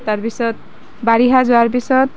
তাৰপিছত বাৰিষা যোৱাৰ পিছত